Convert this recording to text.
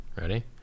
Ready